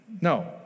No